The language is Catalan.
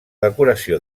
decoració